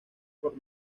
por